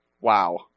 Wow